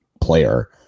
player